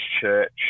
church